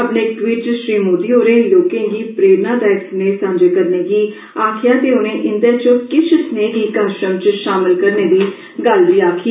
अपने इक ट्वीट च श्री मोदी होरे लोर्के गी प्रेरणादायक सनेह सांझे करने गी आक्खेया ऐ ते उनें इन्दे च किश सनेह गी कारजक्रम च शामल करने दी गल्ल बी आक्खी